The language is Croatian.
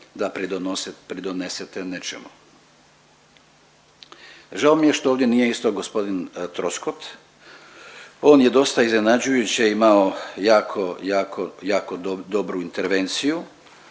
pridonesete nečemu. Žao mi je što ovdje nije isto gospodin Troskot. On je dosta iznenađujuće imao jako, jako dobru intervenciju,